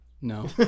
No